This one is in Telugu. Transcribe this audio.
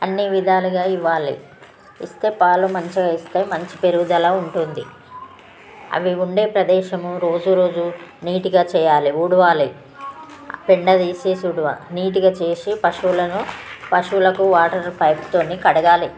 అన్ని విధాలగా ఇవ్వాలి ఇస్తే పాలు మంచిగా ఇస్తాయి మంచి పెరుగుదల ఉంటుంది అవి ఉండే ప్రదేశము రోజు రోజు నీట్గా చేయాలి ఊడవాలి పెండ తీసేసి ఊడవ నీట్గా చేసి పశువులను పశువులకు వాటర్ పైప్తో కడగాలి